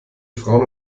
frauen